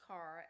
Car